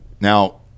Now